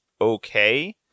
okay